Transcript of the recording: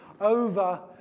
over